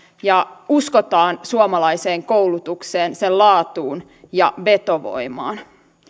ja uskotaan suomalaiseen koulutukseen sen laatuun ja vetovoimaan